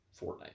Fortnite